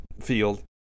field